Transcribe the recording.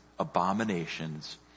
Abominations